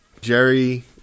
Jerry